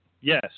yes